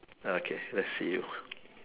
ah okay let's see you